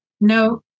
No